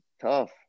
tough